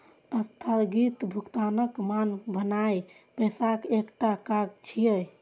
स्थगित भुगतानक मानक भेनाय पैसाक एकटा काज छियै